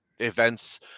events